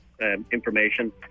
information